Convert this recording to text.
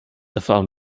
erfahren